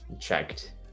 checked